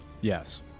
Yes